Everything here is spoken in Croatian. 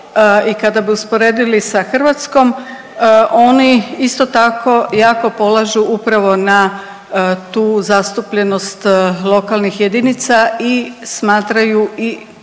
i kada bi usporedili sa Hrvatskom, oni isto tako jako polažu upravo na tu zastupljenost lokalnih jedinica i smatraju i